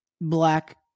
black